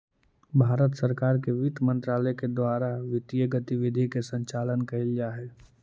भारत सरकार के वित्त मंत्रालय के द्वारा वित्तीय गतिविधि के संचालन कैल जा हइ